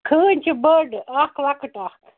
کھٲنۍ چھِ بٔڈ اَکھ لَکٕٹۍ اَکھ